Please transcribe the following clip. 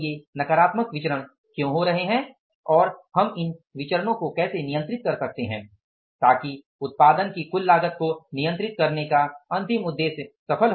ये नकारात्मक विचरण क्यों हो रहे हैं और हम इन विचरणो को कैसे नियंत्रित कर सकते हैं ताकि उत्पादन की कुल लागत को नियंत्रित करने का अंतिम उद्देश्य सफल हो